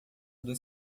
dois